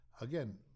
Again